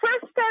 first